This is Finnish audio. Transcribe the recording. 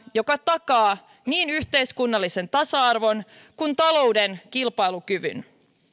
joka takaa niin yhteiskunnallisen tasa arvon kuin talouden kilpailukyvyn